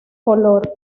color